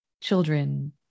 children